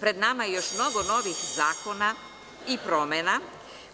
Pred nama je još mnogo novih zakona i promena